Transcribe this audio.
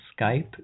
Skype